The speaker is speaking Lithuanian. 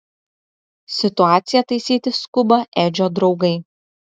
situaciją taisyti skuba edžio draugai